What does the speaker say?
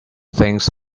things